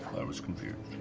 i was confused.